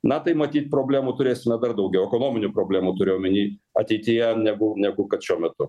na tai matyt problemų turėsime dar daugiau ekonominių problemų turiu omeny ateityje negu negu kad šiuo metu